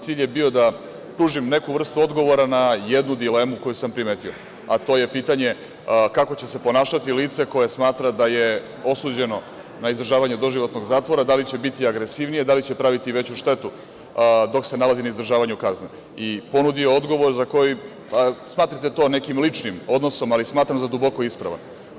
Cilj je bio da pružim neku vrstu odgovora na jednu dilemu koju sam primetio, a to je pitanje kako će se ponašati lice koje smatra da je osuđeno na izdržavanje doživotnog zatvora, da li će biti agresivnije, da li će praviti veću štetu dok se nalazi na izdržavanju kazne i ponudio odgovor, smatrajte to nekim ličnim odnosom, ali smatram za duboko ispravan.